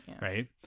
Right